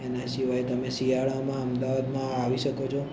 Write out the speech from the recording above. એના સિવાય તમે શિયાળામાં અમદાવાદમાં આવી શકો છો